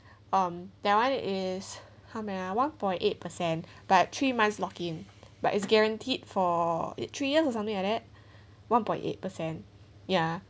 um that one is how many uh one point eight percent but three months lock in but it's guaranteed for it three years or something like that one point eight percent ya